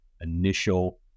initial